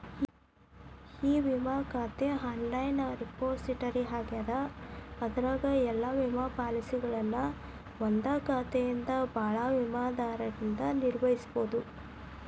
E ವಿಮಾ ಖಾತೆ online repository ಆಗ್ಯದ ಅದರಾಗ ಎಲ್ಲಾ ವಿಮಾ ಪಾಲಸಿಗಳನ್ನ ಒಂದಾ ಖಾತೆಯಿಂದ ಭಾಳ ವಿಮಾದಾರರಿಂದ ನಿರ್ವಹಿಸಬೋದು